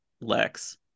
Lex